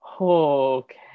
Okay